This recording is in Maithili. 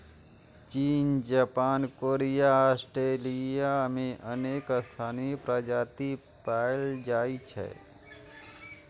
चीन, जापान, कोरिया आ ऑस्ट्रेलिया मे अनेक स्थानीय प्रजाति पाएल जाइ छै